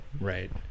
right